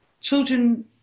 children